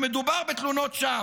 שמדובר בתלונות שווא.